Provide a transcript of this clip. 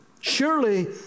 Surely